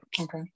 Okay